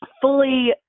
fully